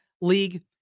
league